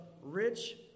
rich